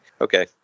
okay